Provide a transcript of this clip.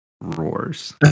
Roars